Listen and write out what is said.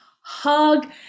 hug